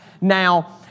Now